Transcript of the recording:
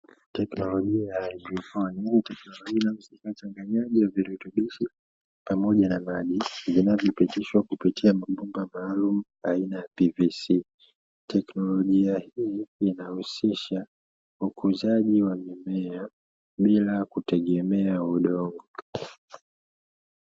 Tekinolojia ya haidroponi hii ni tekinolojia ya uchanganyaji virutubisho pamoja na maji, vinavyopitishwa kupitia mabomba maalumu aina ya "PVC", tekinolojia hii inahusisha ukuzaji wa mimea bila kutegemea udongo.